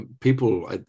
People